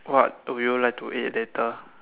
what would you like to eat later